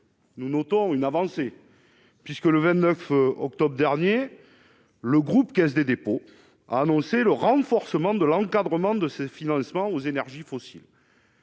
Nous notons une avancée puisque le 29 octobre dernier le groupe Caisse des dépôts, a annoncé le renforcement de l'encadrement de ce financement aux énergies fossiles.